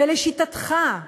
ולשיטתך,